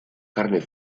carne